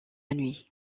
nuit